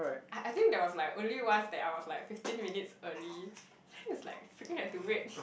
I I think there was like only once that I was like fifteen minutes early then it's like still had to wait